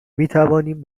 میتوانیم